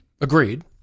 Agreed